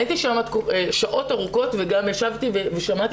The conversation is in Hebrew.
הייתי שם שעות ארוכות וגם ישבתי ושמעתי